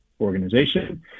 organization